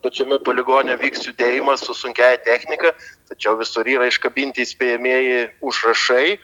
pačiame poligone vyks judėjimas su sunkiąja technika tačiau visur yra iškabinti įspėjamieji užrašai